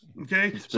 Okay